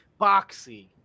boxy